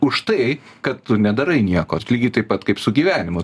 už tai kad tu nedarai nieko ot lygiai taip pat kaip su gyvenimu